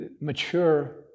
mature